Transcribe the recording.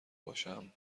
باشم